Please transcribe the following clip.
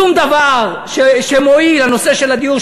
שום דבר שמועיל לנושא של הדיור,